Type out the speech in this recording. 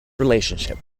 relationship